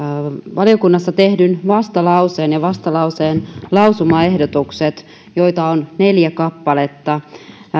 valiokunnassa tehdyn vastalauseen ja vastalauseen lausumaehdotukset joita on neljä kappaletta